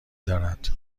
دارد